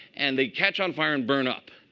and they catch on fire and burn up.